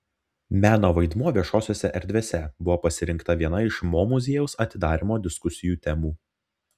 meno vaidmuo viešosiose erdvėse buvo pasirinkta viena iš mo muziejaus atidarymo diskusijų temų